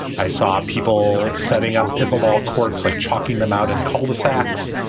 i saw people setting up pickleball, courts like chucking them out in cul de sacs,